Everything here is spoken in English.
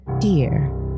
Dear